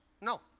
No